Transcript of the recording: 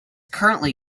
currently